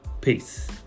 Peace